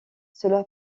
cela